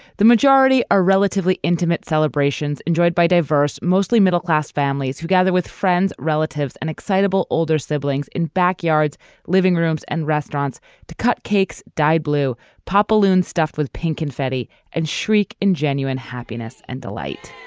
the majority are relatively intimate celebrations enjoyed by diverse mostly middle class families who gather with friends relatives and excitable older siblings in backyards living rooms and restaurants to cut cakes dyed blue paper loon stuffed with pink confetti and shriek in genuine happiness and delight.